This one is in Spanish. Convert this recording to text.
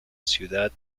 ciudad